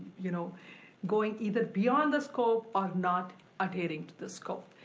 you know going either beyond the scope or not adhering to the scope.